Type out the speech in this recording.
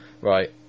Right